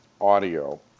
audio